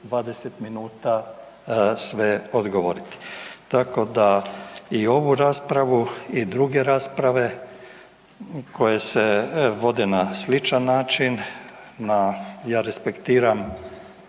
20 minuta sve odgovoriti. Tako da i ovu raspravu i druge rasprave koje se vode na sličan način, ja respektiram